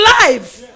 life